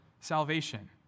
salvation